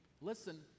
Listen